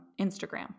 Instagram